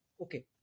Okay